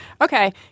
Okay